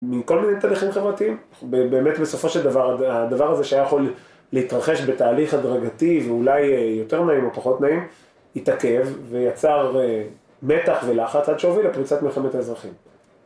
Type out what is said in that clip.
מכל מיני תהליכים חברתיים, באמת בסופו של דבר, הדבר הזה שהיה יכול להתרחש בתהליך הדרגתי, ואולי יותר נעים או פחות נעים, התעכב ויצר מתח ולחץ עד שהוביל לפריצת מלחמת האזרחים.